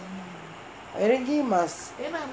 இறங்கி:iranggi must